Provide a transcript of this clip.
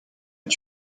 est